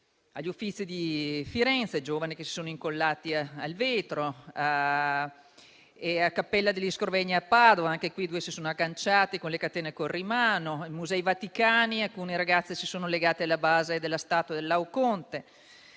agli Uffizi di Firenze, dei giovani si sono incollati al vetro; alla Cappella degli Scrovegni a Padova, due vandali si sono agganciati con le catene ai corrimano; ai Musei vaticani, alcuni ragazzi si sono legati alla base della statua del Laocoonte.